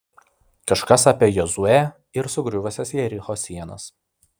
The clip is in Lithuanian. kažkas apie jozuę ir sugriuvusias jericho sienas